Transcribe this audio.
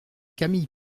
camille